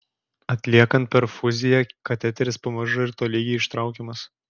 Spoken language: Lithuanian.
atliekant perfuziją kateteris pamažu ir tolygiai ištraukiamas